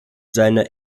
seiner